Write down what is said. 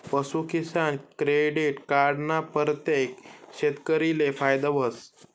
पशूकिसान credit card ना परतेक शेतकरीले फायदा व्हस